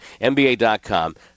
NBA.com